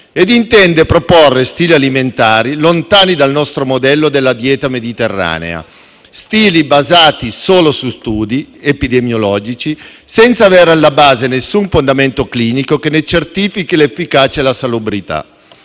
e intende proporre stili alimentari lontani dal nostro modello della dieta mediterranea, stili basati solo su studi epidemiologici, senza avere alla base nessun fondamento clinico che ne certifichi l'efficacia e la salubrità.